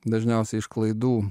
dažniausiai iš klaidų